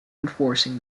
enforcing